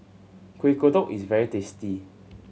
Kuih Kodok is very tasty